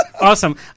awesome